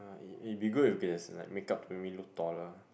ah it it will be good if there's like make-up to make me look taller